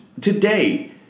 today